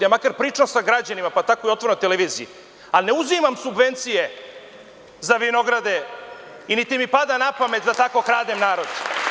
Ja makar pričam sa građanima, pa tako i otvoreno na televiziji, a ne uzimam subvencije za vinograde i niti mi pada na pamet da tako kradem narod.